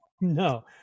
No